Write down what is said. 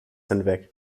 hinweg